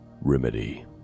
remedy